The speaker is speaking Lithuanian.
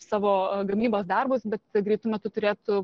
savo gamybos darbus bet greitu metu turėtų